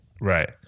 Right